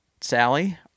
Sally